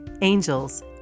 angels